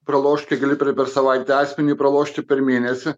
pralošt kiek gali per savaitę asmeniui pralošti per mėnesį